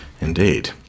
Indeed